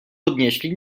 podnieśli